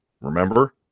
remember